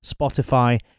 Spotify